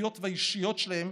החברתיות והאישיות שלהם,